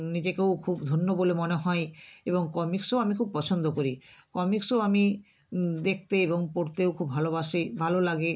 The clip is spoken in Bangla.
নিজেকেও খুব ধন্য বলে মনে হয় এবং কমিকসও আমি খুব পছন্দ করি কমিকসও আমি দেখতে এবং পড়তেও খুব ভালোবাসি ভালো লাগে